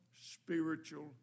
spiritual